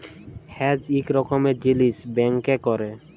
hedge ইক রকমের জিলিস ব্যাংকে ক্যরে